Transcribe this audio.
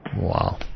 Wow